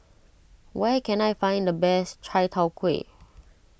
where can I find the best Chai Tow Kuay